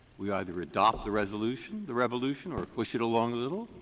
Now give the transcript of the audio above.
we either adopt the resolution the revolution or push it along a little,